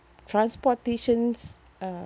transportations uh